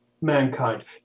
mankind